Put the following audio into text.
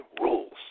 rules